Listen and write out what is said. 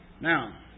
Now